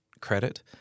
credit